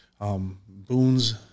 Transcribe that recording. boons